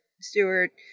stewart